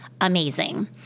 amazing